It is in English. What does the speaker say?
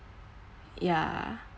ya